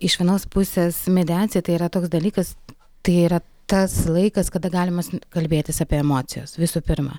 iš vienos pusės mediacija tai yra toks dalykas tai yra tas laikas kada galimas kalbėtis apie emocijas visų pirma